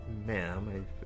Ma'am